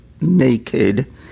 naked